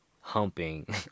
humping